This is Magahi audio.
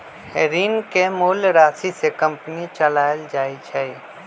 ऋण के मूल राशि से कंपनी चलाएल जाई छई